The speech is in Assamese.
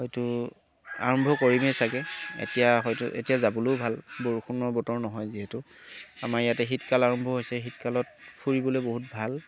হয়তো আৰম্ভ কৰিমেই চাগে এতিয়া হয়তো এতিয়া যাবলেও ভাল বৰষুণৰ বতৰ নহয় যিহেতু আমাৰ ইয়াতে শীতকাল আৰম্ভ হৈছে শীতকালত ফুৰিবলে বহুত ভাল